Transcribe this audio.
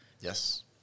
Yes